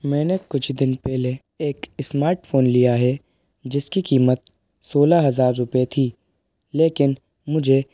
मैंने कुछ दिन पहले एक इस्मार्टफोन लिया है जिसकी कीमत सोलह हज़ार रुपये थी लेकिन मुझे